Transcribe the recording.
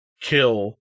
kill